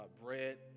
bread